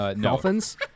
dolphins